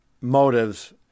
motives